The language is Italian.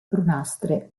brunastre